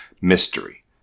mystery